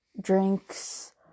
Drinks